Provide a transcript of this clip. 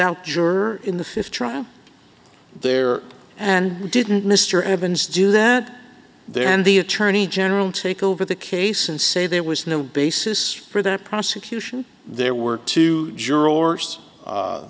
holdout juror in the fifth trial there and didn't mr evans do that there and the attorney general take over the case and say there was no basis for that prosecution there were two